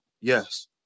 yes